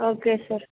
okay sir